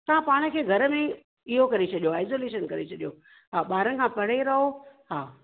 तव्हां पाण खे घर में इहो करे छॾियो आहे आइसोलेशन करे छॾियो हा ॿारनि खां परे रहो हा